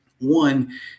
One